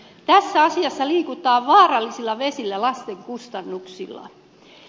tässä asiassa liikutaan vaarallisilla vesillä lasten kustannuksella